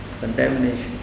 Contamination